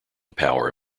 power